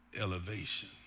elevation